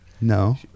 No